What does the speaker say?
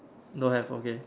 don't have okay